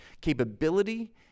capability